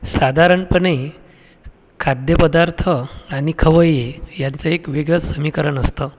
साधारणपणे खाद्यपदार्थ आणि खवय्ये ह्याचं एक वेगळंच समीकरण असतं